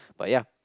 but ya